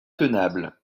tenable